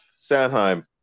Sandheim